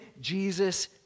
Jesus